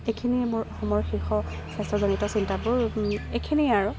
সেইখিনিয়ে মোৰ শেষৰ স্বাস্থ্যজনিত চিন্তাবোৰ এইখিনিয়ে আৰু